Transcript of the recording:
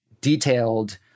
detailed